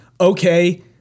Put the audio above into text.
okay